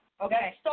Okay